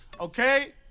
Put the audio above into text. Okay